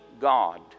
God